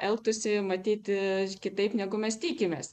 elgtųsi matyt kitaip negu mes tikimės